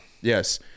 Yes